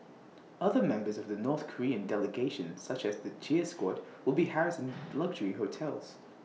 other members of the north Korean delegation such as the cheer squad will be housed in luxury hotels